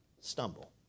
stumble